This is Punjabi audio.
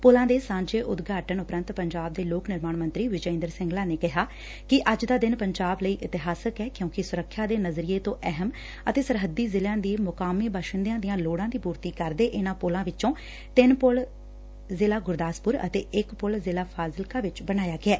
ਪੁਲਾਂ ਦੇ ਸਾਂਝੇ ਉਦਘਾਟਨ ਉਪਰੰਤ ਪੰਜਾਬ ਦੇ ਲੋਕ ਨਿਰਮਾਣ ਮੰਤਰੀ ਵਿਜੈ ਇੰਦਰ ਸਿੰਗਲਾ ਨੇ ਕਿਹਾ ਕਿ ਅੱਜ ਦਾ ਦਿਨ ਪੰਜਾਬ ਲਈ ਇਤਿਹਾਸਕ ਐ ਕਿਉਂਕਿ ਸੁਰੱਖਿਆ ਦੇ ਨਜ਼ਰੀਏ ਤੋਂ ਅਹਿਮ ਅਤੇ ਸਰਹੱਦੀ ਜ਼ਿਲਿਆਂ ਦੀ ਮੁਕਾਮੀ ਬਾਸ਼ਿੰਦਿਆਂ ਦੀਆਂ ਲੋਤਾਂ ਦੀ ਪੁਰਤੀ ਕਰਦੇ ਇਨੂਾ ਪੁਲਾ ਵਿੱਚੋਂ ਤਿੰਨ ਪੁਲ ਜ਼ਿਲੂਾ ਗੁਰਦਾਸਪੁਰ ਅਤੇ ਇੱਕ ਪੁਲ ਜ਼ਿਲੂਾ ਫ਼ਾਜ਼ਿਲਕਾ ਵਿੱਚ ਬਣਾਇਆ ਗਿਐ